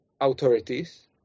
authorities